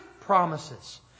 promises